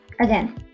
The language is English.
again